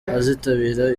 azitabira